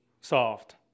soft